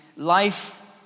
Life